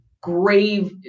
grave